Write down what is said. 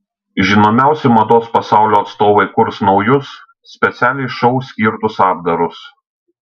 žinomiausi mados pasaulio atstovai kurs naujus specialiai šou skirtus apdarus